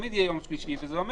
תמיד זה יהיה יום שלישי וזה אומר